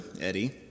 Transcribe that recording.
Eddie